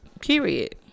period